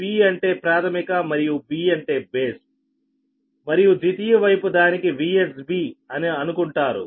'p' అంటే ప్రాథమిక మరియు 'B' అంటే బేస్ మరియు ద్వితీయ వైపు దానిని VsB అనుకుంటారు